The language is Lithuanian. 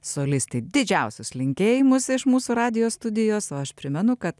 solistei didžiausius linkėjimus iš mūsų radijo studijos o aš primenu kad